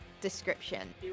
description